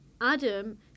adam